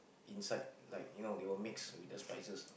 inside like you know they will mix with the spices